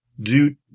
due